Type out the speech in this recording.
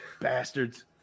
Bastards